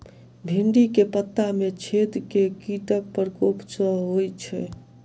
भिन्डी केँ पत्ता मे छेद केँ कीटक प्रकोप सऽ होइ छै?